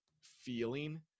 feeling